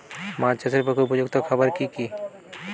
মাছ চাষের পক্ষে উপযুক্ত খাবার কি কি?